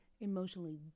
emotionally